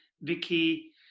Vicky